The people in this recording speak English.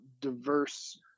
diverse